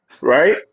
right